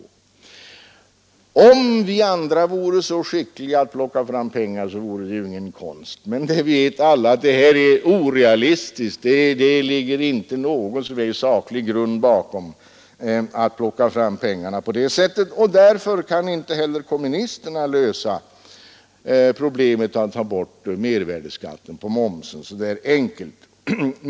Om vi andra vore lika skickliga i att plocka fram pengar, så vore det ju ingen konst. Men alla vet att det där är orealistiskt. Det finns inte någon som helst saklig grund för förslaget att plocka fram pengarna på det sättet. Och därmed kan inte heller kommunisterna lösa problemet att ta bort mervärdeskatten så där enkelt.